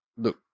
look